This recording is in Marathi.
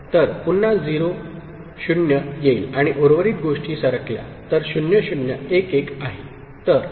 तर पुन्हा 0 येईल आणि उर्वरित गोष्टी सरकल्या तर 0 0 1 1 आहे